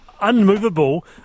unmovable